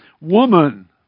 Woman